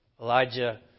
Elijah